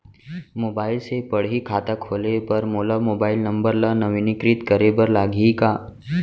Mobile से पड़ही खाता खोले बर मोला मोबाइल नंबर ल नवीनीकृत करे बर लागही का?